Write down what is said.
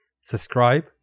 subscribe